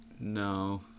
No